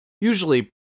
usually